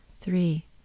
Three